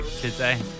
today